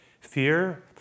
Fear